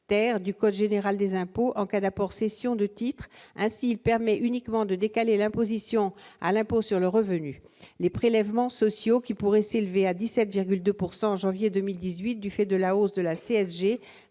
du code général des impôts en cas d'apport cession de titrent ainsi permet uniquement de décaler l'imposition à l'impôt sur le revenu, les prélèvements sociaux qui pourraient s'élever à 17,2 pourcent en janvier 2018, du fait de la hausse de la CSG